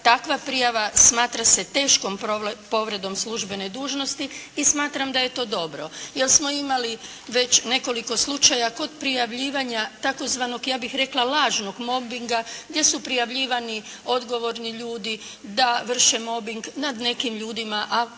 takva prijava smatra se teškom povredom službene dužnosti i smatram da je to dobro. Jer smo imali već nekoliko slučaja kod prijavljivanja tzv. ja bih rekla lažnog mobinga jer su prijavljivani odgovorni ljudi da vrše mobing nad nekim ljudima a